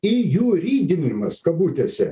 įjuridinimas kabutėse